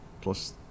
plus